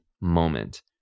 moment